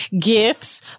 gifts